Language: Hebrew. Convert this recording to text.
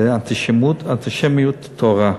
זה אנטישמיות טהורה.